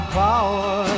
power